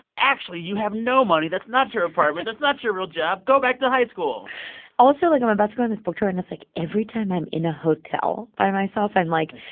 actually, you have no money. that's not your apartment. that's not your real job. go back to high school also, like, i'm about to go on this book tour, and it's like every time i'm in a hotel by myself, i'm like